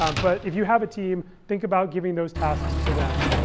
um but if you have a team, think about giving those tasks to them.